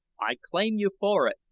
i claim you for it,